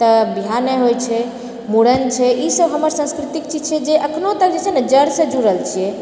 तऽ बियाह नहि होय छै मुड़न छै ई सब हमर संस्कृतिक चीज छै जे एखनो तक जे छै ने जड़सँ जुड़ल छियै